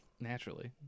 Naturally